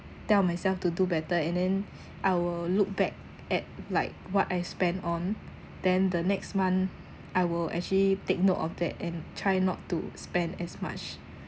tell myself to do better and then I will look back at like what I spend on then the next month I will actually take note of that and try not to spend as much